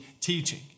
teaching